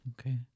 okay